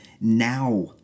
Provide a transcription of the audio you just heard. now